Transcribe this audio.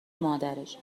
مادرش